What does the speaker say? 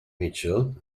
mitchell